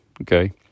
Okay